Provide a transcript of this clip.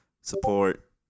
support